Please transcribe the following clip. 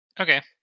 Okay